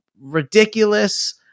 ridiculous